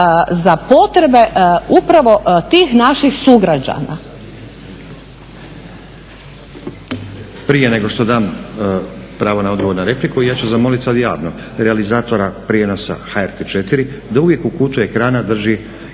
za potrebe upravo tih naših sugrađana.